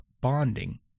bonding